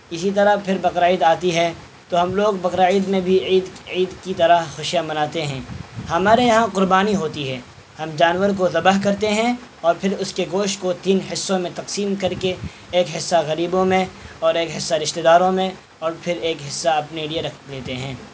اسی طرح پھر بقر عید آتی ہے تو ہم لوگ بقر عید میں بھی عید عید کی طرح خوشیاں مناتے ہیں ہمارے یہاں قربانی ہوتی ہے ہم جانور کو ذبح کرتے ہیں اور پھر اس کے گوشت کو تین حصوں میں تقسیم کر کے ایک حصہ غریبوں میں اور ایک حصہ رشتے داروں میں اور پھر ایک حصہ اپنے لیے رکھ دیتے ہیں